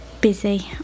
busy